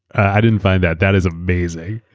i didn't find that. that is amazing.